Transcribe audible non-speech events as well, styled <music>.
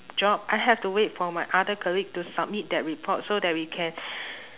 job I have to wait for my other colleague to submit that report so that we can <breath>